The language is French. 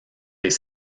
les